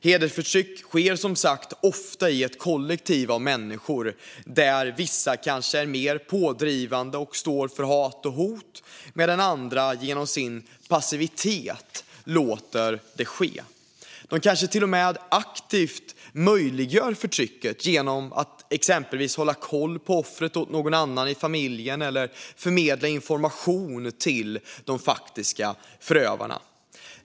Hedersförtryck sker som sagt ofta i ett kollektiv av människor där vissa kanske är mer pådrivande och står för hat och hot medan andra genom sin passivitet låter det ske. De kanske till och med aktivt möjliggör förtrycket genom att exempelvis hålla koll på offret åt någon annan i familjen eller förmedla information till de faktiska förövarna.